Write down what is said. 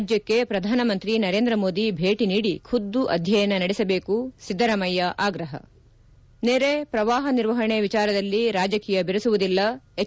ರಾಜ್ಞಕ್ಷೆ ಪ್ರಧಾನಮಂತ್ರಿ ನರೇಂದ್ರ ಮೋದಿ ಭೇಟಿ ನೀಡಿ ಖುದ್ದು ಅಧ್ಯಯನ ನಡೆಸಬೇಕು ಸಿದ್ದರಾಮಯ್ಯ ಆಗ್ರಪ ನೆರೆ ಪ್ರವಾಹ ನಿರ್ವಹಣೆ ವಿಚಾರದಲ್ಲಿ ರಾಜಕೀಯ ಬೆರೆಸುವುದಿಲ್ಲ ಹೆಚ್